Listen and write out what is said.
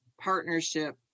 partnership